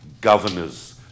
governors